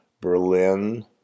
Berlin